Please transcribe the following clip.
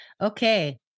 okay